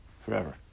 forever